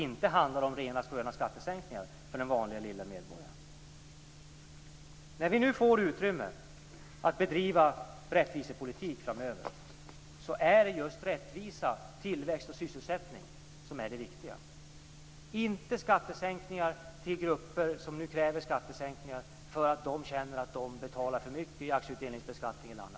Inte handlar det om rena sköna skattesänkningar för den vanliga lilla medborgaren. När vi nu får utrymme att bedriva rättvisepolitik framöver är det just rättvisa, tillväxt och sysselsättning som är det viktiga och inte skattesänkningar för grupper som nu kräver skattesänkningar därför att de känner att de betalar för mycket i aktieutdelningsbeskattning eller annat.